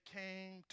came